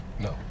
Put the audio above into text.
No